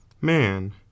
man